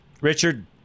Richard